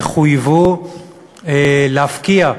יחויבו להפקיע,